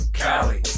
cali